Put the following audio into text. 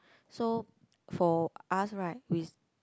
so for us right we